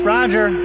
Roger